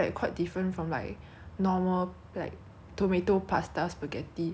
but it's just different then the one hor from philippines from the one that we eat lah